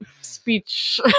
speech